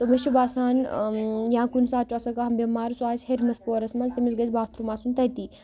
تہٕ مےٚ چھُ باسان یا کُنہِ ساتہٕ چھُ آسان کانٛہہ بٮ۪مار سُہ آسہِ ہیٚرمِس پۅہرَس منٛز تٔمِس گژھِ باتھ روٗم آسُن تٔتی